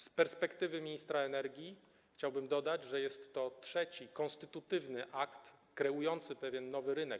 Z perspektywy ministra energii chciałbym dodać, że jest to trzeci konstytutywny akt kreujący pewien nowy rynek.